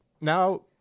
Now